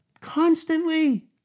constantly